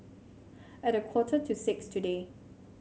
at a quarter to six today